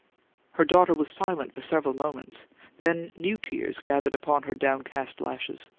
her daughter was silent for several moments then new tears gathered upon her downcast lashes.